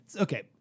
Okay